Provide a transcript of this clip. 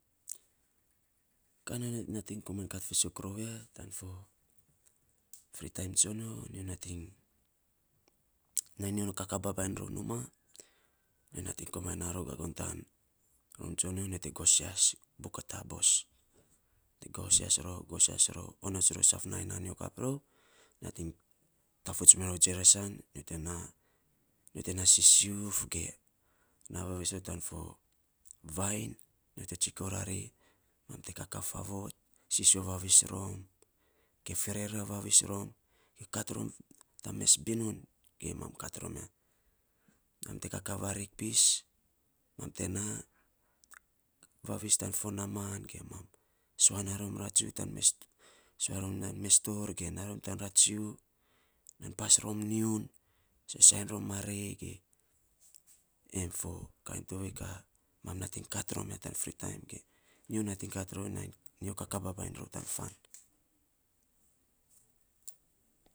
Ka nyo nating komainy kat fiisok rou ya, tan for fri taim tsonyo. Nyo nating, na nyo kakaa babainy ror numaa, nyo nating komainy naa rou tan rum tsonyo, nyo te gosias buk a taabos, gosias rou, gosias rou, onots rou saf nainy naa, nyo kap rou nating tafuts miror jeresan nyo te naa, nyo te naa sisiuf ge na vavis rou tan fo vainy, nyo te tsiko rari mam te kakaa faavot, sisio vavis rom ge ferera vavis rom, ge kat rom tan mes binun ge mam kat romia, mam te kakaa varin pis mam te naa vavis tan fo naam ge mam sua naa rom ratsuu tan mes sua ron tan mes torr ge na rom tan ratsiu, nan pas rom nyiun sainy rom marei ge em fo kaa mam nating kat rom ya tan fo fri taim ge nyo nating kat rou ya tan fo fri taim ge nyo nating kat rou ya tan fo fri taim ge nyo nating kat rou ya taim nyo kakaa babainy rom tan fan.